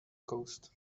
coast